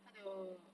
它的